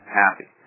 happy